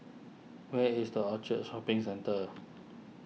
where is the Orchard Shopping Centre